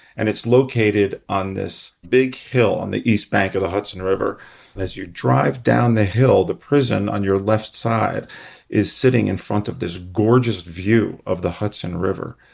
and it's located on this big hill on the east bank of the hudson river. and as you drive down the hill, the prison on your left side is sitting in front of this gorgeous view of the hudson river.